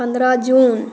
पन्द्रह जून